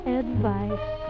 advice